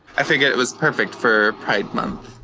i figured it was perfect for pride month.